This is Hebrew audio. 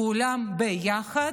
כולם ביחד,